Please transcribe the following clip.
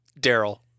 Daryl